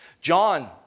John